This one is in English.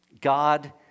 God